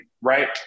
right